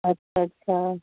अच्छा अच्छा